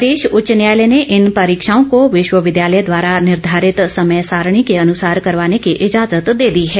प्रदेश उच्च न्यायालय ने इन परीक्षाओं को विश्वविद्यालय द्वारा निर्घारित समय सारणी के अनुसार करवाने की इजाजत दे दी है